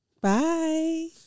Bye